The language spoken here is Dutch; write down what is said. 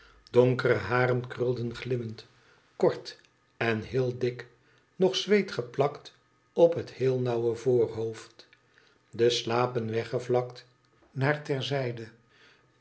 donkere haren krulden glimmend kort en heel dik nog zweetgeplakt op het heel nauwe voorhoofd de slapen weggevlakt naar